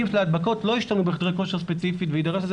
של ההדבקות לא השתנו בחדרי כושר ספציפית ויידרש לזה